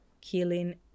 killing